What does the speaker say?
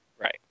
Right